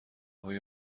های